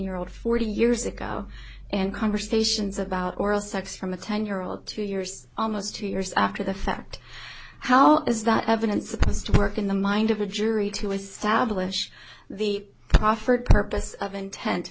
year old forty years ago and conversations about oral sex from a ten year old two years almost two years after the fact how is that evidence supposed to work in the mind of a jury to establish the proffered purpose of intent